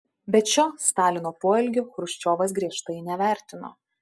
bet šio stalino poelgio chruščiovas griežtai nevertino